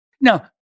Now